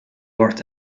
worked